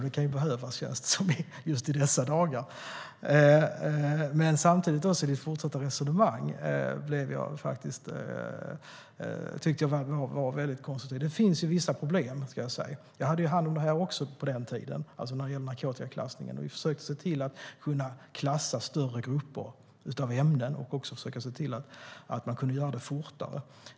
Det kan behövas, känns det som just i dessa dagar. Men samtidigt tycker jag att ditt fortsatta resonemang var väldigt konstruktivt. Det finns vissa problem, ska jag säga. Jag hade hand om det här också tidigare - det gäller alltså narkotikaklassning. Vi försökte se till att man skulle kunna klassa större grupper av ämnen och också göra det fortare.